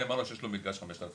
נאמר לו שיש לו מלגה של חמשת אלפים